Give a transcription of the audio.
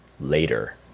later